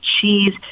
cheese